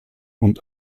und